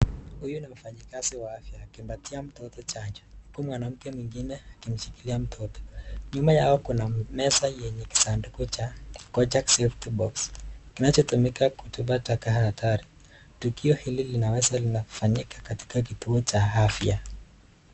Huyu ni mfanyikazi wa afya akimpatia mtoto chanjo uku mwanamke mwingine akimshikilia mtoto. Nyuma yao kuna meza yenye kisanduku cha Kojak Safety Box, kinachotumika kutupa taka hatari. Tukio hili linaweza linafanyika katika kituo cha afya.